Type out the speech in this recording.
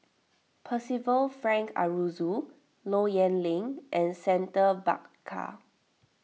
Percival Frank Aroozoo Low Yen Ling and Santha Bhaskar